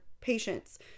patients